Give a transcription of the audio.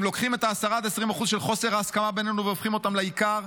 הם לוקחים את ה-10% 20% של חוסר הסכמה בינינו והופכים אותם לעיקר,